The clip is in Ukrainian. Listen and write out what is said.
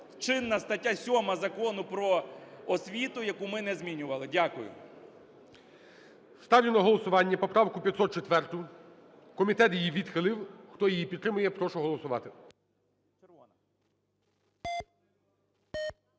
чинна стаття 7 Закону "Про освіту", яку ми не змінювали. Дякую. ГОЛОВУЮЧИЙ. Ставлю на голосування поправку 504. Комітет її відхилив. Хто її підтримує, прошу голосувати.